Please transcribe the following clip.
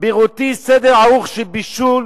בראותי סדר ערוך של בישול